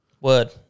Word